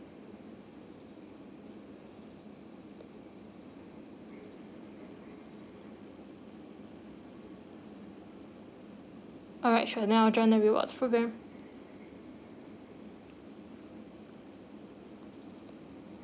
alright sure I'll join the rewards programme